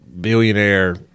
Billionaire